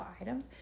items